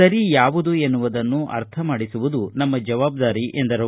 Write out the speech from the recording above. ಸರಿ ಯಾವುದು ಎನ್ನುವದನ್ನು ಅರ್ಥ ಮಾಡಿಸುವುದು ನಮ್ಮ ಜವಾಬ್ದಾರಿ ಎಂದರು